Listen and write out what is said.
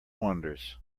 wonders